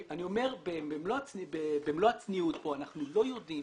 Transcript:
אני אומר במלוא הצניעות שאנחנו לא יודעים,